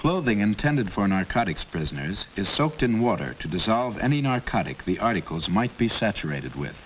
clothing intended for narcotics prisoners is soaked in water to dissolve any narcotic the articles might be saturated with